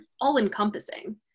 all-encompassing